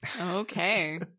Okay